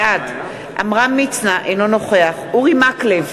בעד עמרם מצנע, אינו נוכח אורי מקלב,